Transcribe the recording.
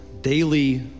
daily